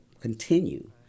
continue